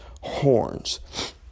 horns